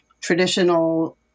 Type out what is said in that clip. traditional